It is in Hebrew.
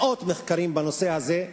מאות מחקרים בנושא הזה.